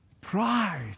Pride